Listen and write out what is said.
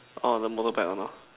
oh then don't go back one lor